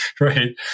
Right